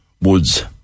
Woods